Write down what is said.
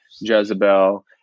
Jezebel